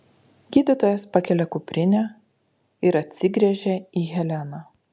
gydytojas pakelia kuprinę ir atsigręžia į heleną